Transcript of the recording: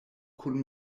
kun